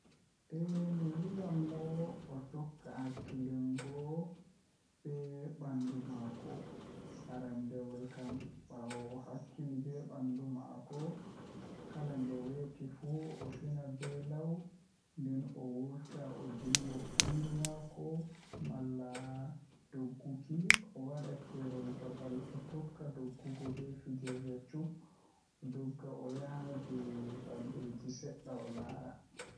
Eh mi wiyan mo o tokka hakkilingo bebandu maakko arandewol kam baawo o hakkili be bandu maako kala nde weeti fu o fina be law nden o wurta o dimbo bandu maako malla dogguki o wada keerol babal o tokkata doggugo be fajjira cub o dogga o yaha jei baldeeji sedda o laara